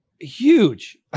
huge